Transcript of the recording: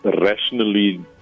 rationally